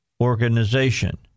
organization